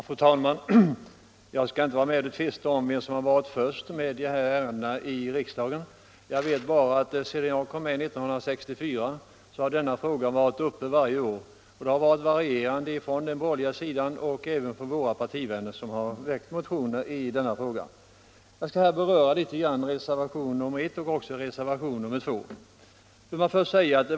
Fru talman! Jag skall inte vara med och tvista om vem som har varit först i de här ärendena i riksdagen. Jag vet bara att sedan jag kom med 1964 har denna fråga varit uppe varje år, och det har varierande varit ledamöter på den borgerliga sidan och på vår sida som väckt motioner. Jag skall något beröra reservationerna 1 och 2.